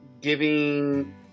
giving